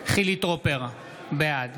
חילי טרופר, בעד